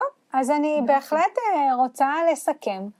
אז אני בהחלט רוצה לסכם.